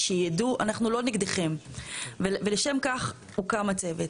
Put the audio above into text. לגביך כיצרן של מפעל בשר אין לך שום הכבדה.